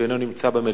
שאינו נמצא במליאה,